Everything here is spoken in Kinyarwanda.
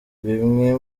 bimwe